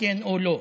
כן או לא,